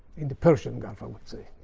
in the persian gulf, i would say.